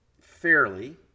fairly